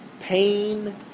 pain